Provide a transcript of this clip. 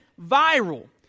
viral